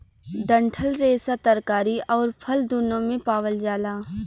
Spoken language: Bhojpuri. डंठल रेसा तरकारी आउर फल दून्नो में पावल जाला